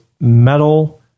metal